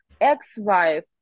ex-wife